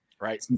Right